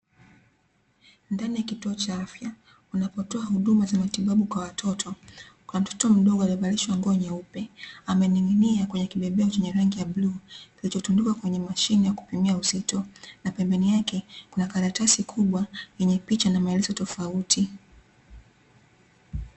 Ndani ya kituo cha afya wanapotoa huduma za matibabu kwa watoto, kuna mtoto mdogo aliyevalishwa nguo nyeupe, amening'inia kwenye kibembeo chenye rangi ya bluu, kilichotundikwa kwenye mashine ya kupimia uzito, na pembeni yake kuna karatasi kubwa, yenye picha na maelezo tofauti.